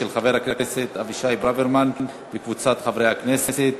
של חבר הכנסת אבישי ברוורמן וקבוצת חברי הכנסת.